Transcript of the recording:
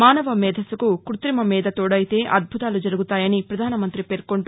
మానవ మేధస్సుకు క్బత్రిమ మేధ తోడైతే అద్భుతాలు జరుగుతాయని ప్రపధానమంతి పేర్కొంటూ